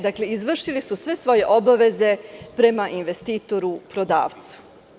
Dakle, izvršili su sve svoje obaveze prema investitoru, prodavcu.